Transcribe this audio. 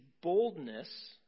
boldness